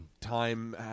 time